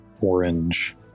orange